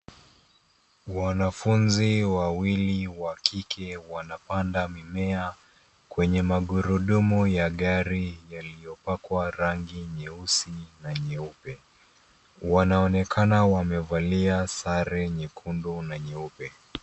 Wanafunzi wawili wa kike, wanapanda mimea kwenye magurudumu ya gari yaliyopakwa rangi nyeusi na nyeupe. Wanaonekana wamevalia sare nyekundu na nyeupe.